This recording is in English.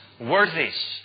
Worthies